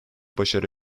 başarı